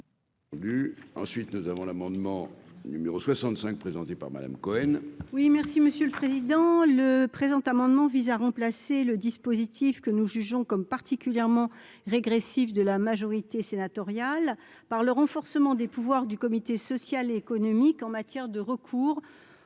Ensuite, nous avons l'amendement numéro 65 présenté par Madame Cohen. Oui, merci Monsieur le Président, le présent amendement vise à remplacer le dispositif que nous jugeons comme particulièrement régressif de la majorité sénatoriale par le renforcement des pouvoirs du comité social et économique, en matière de recours